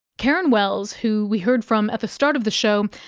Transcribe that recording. karen wells, who we heard from at the start of the show,